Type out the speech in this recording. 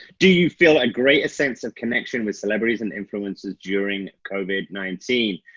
do you feel a greater sense of connection with celebrities and influences during covid nineteen?